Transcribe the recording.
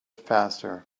faster